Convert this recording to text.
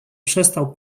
przestał